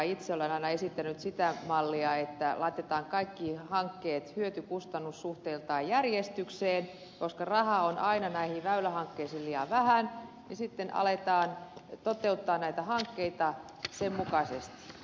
itse olen aina esittänyt sitä mallia että laitetaan kaikki hankkeet hyötykustannus suhteiltaan järjestykseen koska rahaa on aina näihin väylähankkeisiin liian vähän ja sitten aletaan toteuttaa näitä hankkeita sen mukaisesti